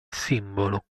simbolo